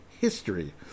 history